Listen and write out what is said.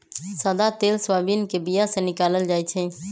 सदा तेल सोयाबीन के बीया से निकालल जाइ छै